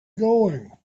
going